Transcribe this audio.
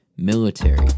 Military